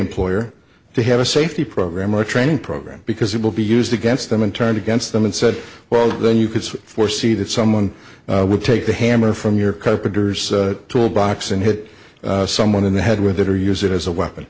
employer to have a safety program or a training program because it will be used against them and turned against them and said well then you could foresee that someone would take the hammer from your carpenter's tool box and hit someone in the head with it or use it as a weapon